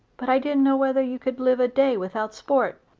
but i didn't know whether you could live a day without sport.